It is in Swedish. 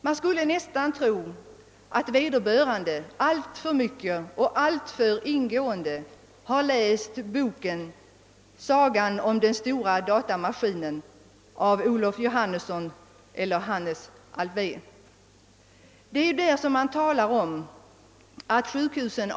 Man skulle nästan tro att vederbörande alltför ingående har läst boken »Sagan om den stora datamaskinen» av Olof Johannesson eller Hannes Alfvén. Där talas det om att sjukhusen.